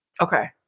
Okay